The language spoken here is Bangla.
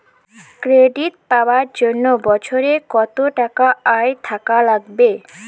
ক্রেডিট পাবার জন্যে বছরে কত টাকা আয় থাকা লাগবে?